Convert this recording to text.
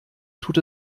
tut